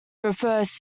refers